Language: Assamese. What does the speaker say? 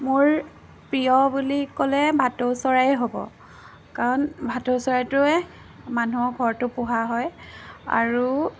মোৰ প্ৰিয় বুলি ক'লে ভাটৌ চৰাইয়ে হ'ব কাৰণ ভাটৌ চৰাইটোৱে মানুহৰ ঘৰতো পোহা হয় আৰু